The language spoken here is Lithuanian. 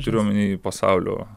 turiu omeny pasaulio